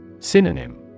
Synonym